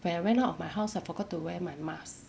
when I went out of my house I forgot to wear my mask